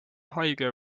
haige